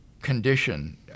condition